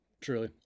truly